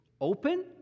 open